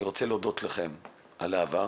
אני רוצה להודות לכם על מה שעשיתם בעבר